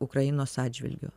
ukrainos atžvilgiu